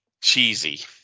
Cheesy